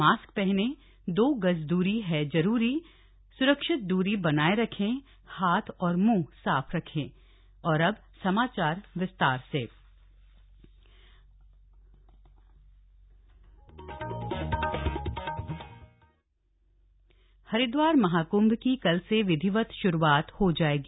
mask पहनें दो गज दूरी है जरूरी सुरक्षित दूरी बनाये रखें हाथ और मुंह साफ रखों महाकंभ हरिद्वार महाकृंभ की कल से विधिवत श्रूआत हो जाएगी